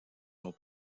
sont